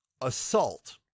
assault